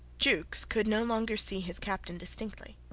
jukes could no longer see his captain distinctly.